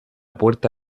puerta